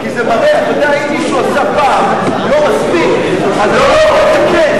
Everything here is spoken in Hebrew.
אם מישהו עשה פעם לא מספיק, אז, לתקן.